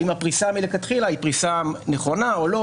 אם הפריסה היא פריסה נכונה מלכתחילה או לא,